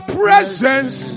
presence